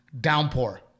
Downpour